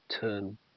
Turn